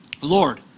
Lord